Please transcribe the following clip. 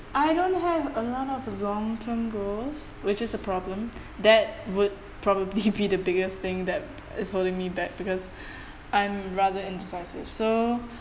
I don't have a lot of the long term growth which is a problem that would probably be the biggest thing that is holding me back because I'm rather indecisive so